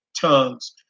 tongues